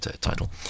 title